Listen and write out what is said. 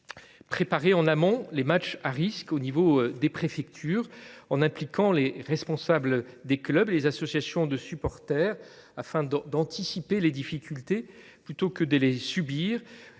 préparer en amont les matchs à risques au niveau des préfectures, en impliquant les responsables des clubs et les associations de supporters, afin d’anticiper les difficultés plutôt que de les subir,